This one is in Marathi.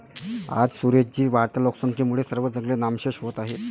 आज सुरेश जी, वाढत्या लोकसंख्येमुळे सर्व जंगले नामशेष होत आहेत